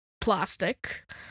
plastic